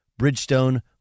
Bridgestone